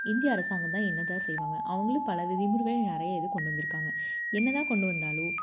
இந்திய அரசாங்கம்தான் என்ன தான் செய்வாங்க அவங்களும் பல விதிமுறைகளை நிறைய இது கொண்டு வந்திருக்காங்க என்ன தான் கொண்டு வந்தாலோ